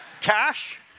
Cash